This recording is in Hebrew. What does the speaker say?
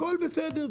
הכל בסדר,